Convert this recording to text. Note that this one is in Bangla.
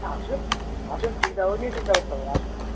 আসুন আসুন চিন্তা ওই নিয়ে চিন্তা করতে হবে না আসুন